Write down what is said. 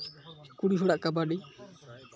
ᱠᱩᱲᱤ ᱦᱚᱲᱟᱜ ᱠᱟᱵᱟᱰᱤ